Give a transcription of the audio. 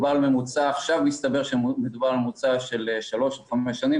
עכשיו מסתבר שמדובר על ממוצע של שלוש עד חמש שנים,